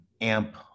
amp